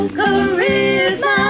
charisma